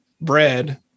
bread